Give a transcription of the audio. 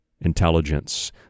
intelligence